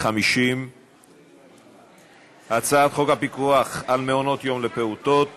50. הצעת חוק הפיקוח על מעונות-יום לפעוטות